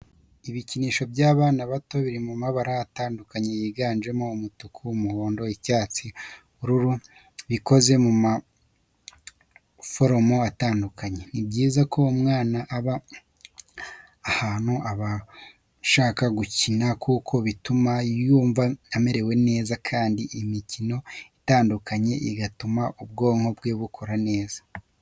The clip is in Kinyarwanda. Ibikinisho by'abana bato biri mu mabara atandukanye yiganjemo umutuku, umuhondo, icyatsi, ubururu, bikoze mu maforomo atandukanye. Ni byiza ko umwana aba ahantu abasha gukina kuko bituma yumva amerewe neza kandi imikino itandukanye igatuma ubwonko bwe bukora neza.